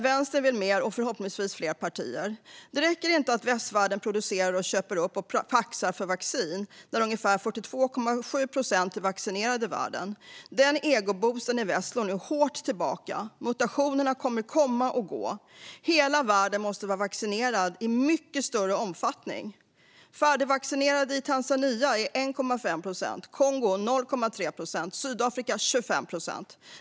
Vänstern, och förhoppningsvis fler partier, vill mer. Det räcker inte att västvärlden producerar, köper upp och paxar vaccin när ungefär 42,7 procent är vaccinerade i världen. Den egoboosten i väst slår nu hårt tillbaka. Mutationerna kommer att komma och gå. Hela världen måste vara vaccinerad i mycket större omfattning. I Tanzania är 1,5 procent färdigvaccinerade. I Kongo är det 0,3 procent. I Sydafrika är det 25 procent.